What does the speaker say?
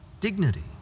dignity